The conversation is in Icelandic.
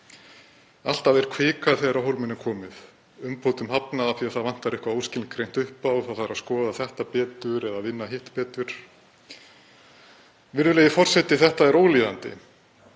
Alltaf er hvikað þegar á hólminn er komið, umbótum hafnað af því að það vantar eitthvað óskilgreint upp á og það þarf að skoða þetta betur eða vinna hitt betur. Virðulegi forseti. Þetta er ólíðandi.